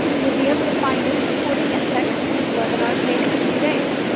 you will be able to find this recording at techsoup's webinar page in a few days.